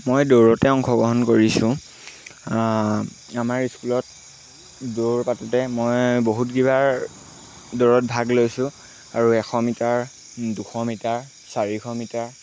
মই দৌৰতে অংশগ্ৰহণ কৰিছোঁ আমাৰ স্কুলত দৌৰ পাতোঁতে মই বহুতকেইবাৰ দৌৰত ভাগ লৈছোঁ আৰু এশ মিটাৰ দুশ মিটাৰ চাৰিশ মিটাৰ